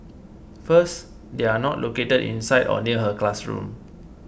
first they are not located inside or near her classroom